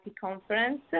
conference